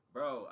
Bro